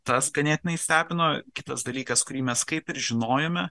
tas ganėtinai stebino kitas dalykas kurį mes kaip ir žinojome